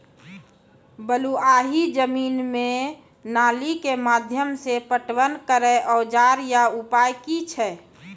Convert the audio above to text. बलूआही जमीन मे नाली के माध्यम से पटवन करै औजार या उपाय की छै?